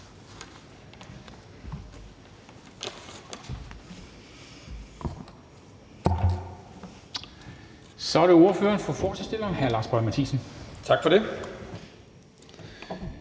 Så er det ordføreren for forslagsstillerne, hr. Lars Boje Mathiesen. Kl.